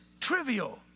trivial